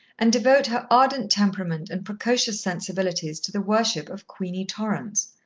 and devote her ardent temperament and precocious sensibilities to the worship of queenie torrance.